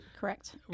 Correct